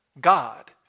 God